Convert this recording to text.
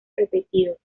repetidos